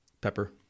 pepper